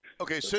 Okay